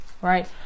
Right